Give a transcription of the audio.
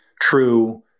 true